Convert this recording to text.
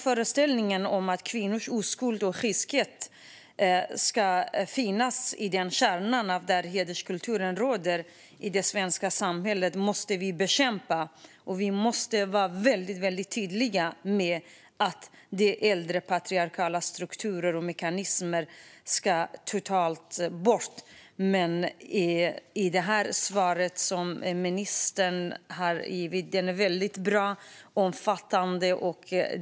Föreställningen om kvinnors oskuld och kyskhet är kärnan i den hederskultur som finns i det svenska samhället. Den måste vi bekämpa. Vi måste vara väldigt tydliga med att äldre patriarkala strukturer och mekanismer ska bort. Ministerns svar är bra och omfattande.